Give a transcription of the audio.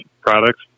products